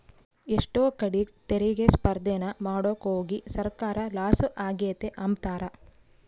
ಎಷ್ಟೋ ಕಡೀಗ್ ತೆರಿಗೆ ಸ್ಪರ್ದೇನ ಮಾಡಾಕೋಗಿ ಸರ್ಕಾರ ಲಾಸ ಆಗೆತೆ ಅಂಬ್ತಾರ